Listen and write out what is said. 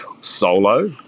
solo